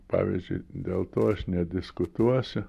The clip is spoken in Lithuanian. pavyzdžiui dėl to aš nediskutuosiu